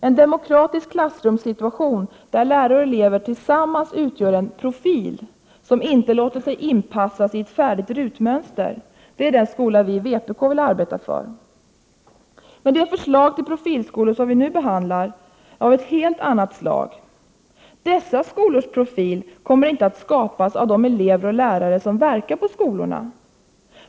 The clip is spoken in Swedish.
En demokratisk klassrumssituation där lärare och elever 8februari 1989 tillsammans utgör en ”profil” som inte låter sig inpassas i ett färdigt rutmönster är den skola vi i vpk vill arbeta för. Men det förslag till profilskolor som vi nu behandlar är av ett helt annat slag. Dessa skolors profil kommer inte att skapas av de elever och lärare som verkar på skolorna.